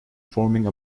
forming